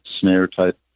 snare-type